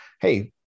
Hey